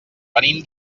venim